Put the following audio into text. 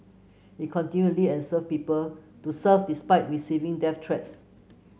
he continually and serve people to serve despite receiving death threats